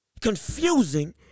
confusing